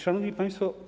Szanowni Państwo!